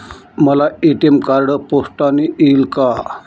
मला ATM card पोस्टाने येईल का?